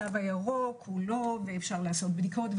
התו הירוק, ואפשר לעשות בדיקות.